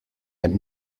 but